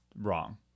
wrong